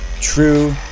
true